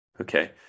Okay